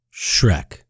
Shrek